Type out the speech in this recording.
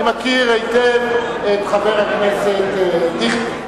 אני מכיר היטב את חבר הכנסת דיכטר.